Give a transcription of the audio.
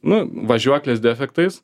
nu važiuoklės defektais